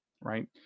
Right